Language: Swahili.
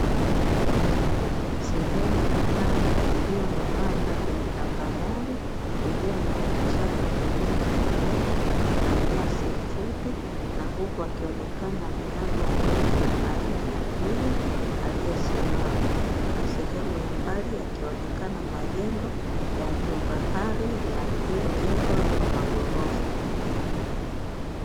Sehemu ya ardhi iliyo na mandhari ya tambarare iliyo na vichaka vya miti midogo na nyasi fupi na huku akionekana mnyama mrefu aina ya twiga aliyesimama, na sehemu ya mbali yakuonekana majengo ya bluu bahari yaliyojengwa kwa maghorofa.